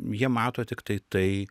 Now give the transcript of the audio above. jie mato tiktai tai